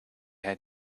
had